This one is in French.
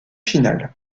finales